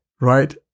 right